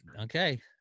Okay